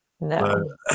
No